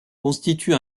constitue